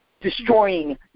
destroying